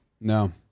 No